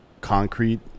concrete